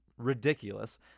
Ridiculous